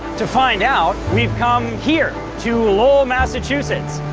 to find out, we've come here, to lowell, massachusetts,